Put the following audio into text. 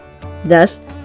Thus